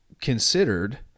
considered